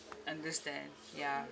understand ya